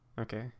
Okay